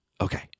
Okay